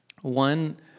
One